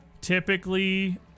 typically